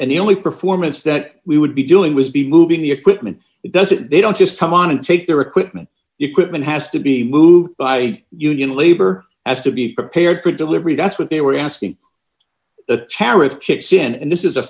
and the only performance that we would be doing was be moving the equipment it doesn't they don't just come on and take their equipment equipment has to be moved by union labor has to be prepared for delivery that's what they were asking the tariff kicks in and this is a